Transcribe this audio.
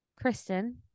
Kristen